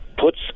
puts